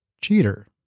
cheater